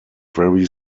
very